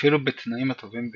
אפילו בתנאים הטובים ביותר.